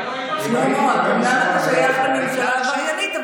אתה אומנם שייך לממשלה עבריינית,